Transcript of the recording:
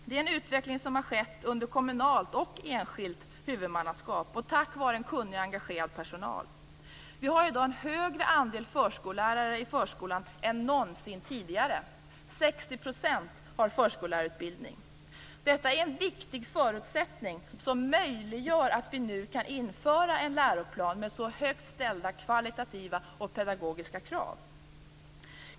Det är en utveckling som har skett under kommunalt och enskilt huvudmannaskap och tack vare en kunnig och engagerad personal. Vi har i dag en högre andel förskollärare i förskolan än någonsin tidigare. 60 % har förskollärarutbildning. Detta är en viktig förutsättning som möjliggör att vi nu kan införa en läroplan med så högt ställda kvalitativa och pedagogiska krav.